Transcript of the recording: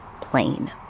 plane